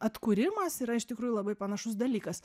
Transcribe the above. atkūrimas yra iš tikrųjų labai panašus dalykas